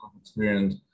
experience